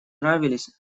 нравились